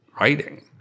writing